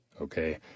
okay